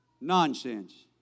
Nonsense